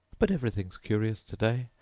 but everything's curious today.